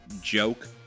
joke